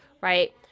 Right